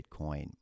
Bitcoin